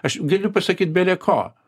aš galiu pasakyt beleko